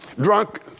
drunk